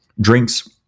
drinks